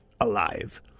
Alive